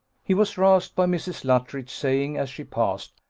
he was roused by mrs. luttridge saying, as she passed,